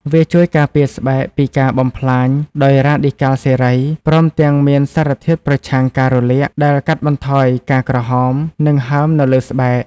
វាជួយការពារស្បែកពីការបំផ្លាញដោយរ៉ាឌីកាល់សេរី ព្រមទាំងមានសារធាតុប្រឆាំងការរលាក ដែលកាត់បន្ថយការក្រហម និងហើមនៅលើស្បែក។